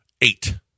Eight